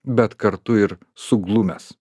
bet kartu ir suglumęs